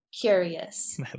Curious